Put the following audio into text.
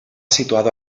situado